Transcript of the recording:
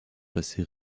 passé